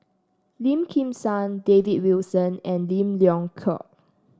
Lim Kim San David Wilson and Lim Leong Geok